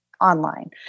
online